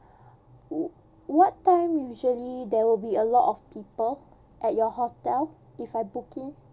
what time usually there will be a lot of people at your hotel if I booking